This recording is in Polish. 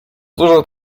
dużo